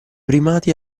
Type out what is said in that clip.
primati